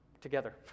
together